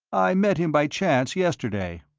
i met him by chance yesterday.